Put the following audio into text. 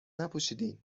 نپوشیدین